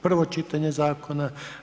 prvo čitanje Zakona.